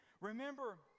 Remember